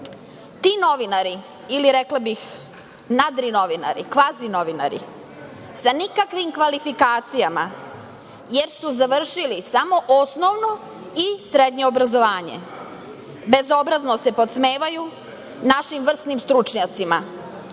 Ti novinari ili, rekla bih, nadrinovinari, kvazinovinari sa nikakvim kvalifikacijama, jer su završili samo osnovno i srednje obrazovanje, bezobrazno se podsmevaju našim vrsnim stručnjacima.